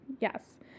Yes